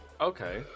Okay